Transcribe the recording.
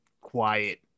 quiet